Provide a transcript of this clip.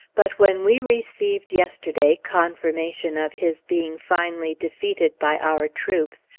but when we received yesterday confirmation of his being finally defeated by our troops,